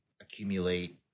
accumulate